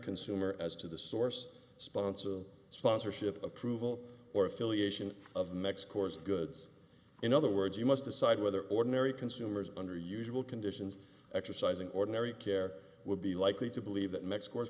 consumers as to the source sponsor sponsorship approval or affiliation of the next course of goods in other words you must decide whether ordinary consumers under usual conditions exercising ordinary care would be likely to believe that mexico